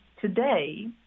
today